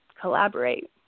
collaborate